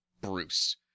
Bruce